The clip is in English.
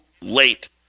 late